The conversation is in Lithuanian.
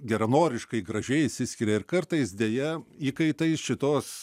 geranoriškai gražiai išsiskiria ir kartais deja įkaitais šitos